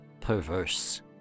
perverse